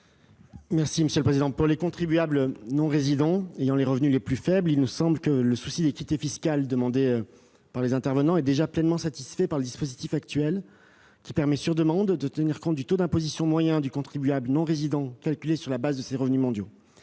du Gouvernement ? Pour les contribuables non résidents ayant les revenus les plus faibles, il nous semble que le souci d'équité fiscale qui anime les intervenants est déjà pleinement satisfait par le dispositif actuel, lequel permet, sur demande, de tenir compte du taux d'imposition moyen du contribuable non résident, calculé sur la base de ses revenus mondiaux.